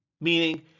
meaning